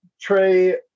Trey